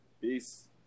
Peace